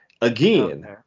again